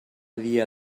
dia